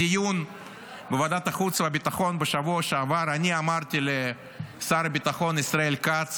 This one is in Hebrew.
בדיון בוועדת החוץ והביטחון בשבוע שעבר אני אמרתי לשר הביטחון ישראל כץ